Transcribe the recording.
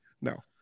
no